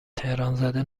تهرانزده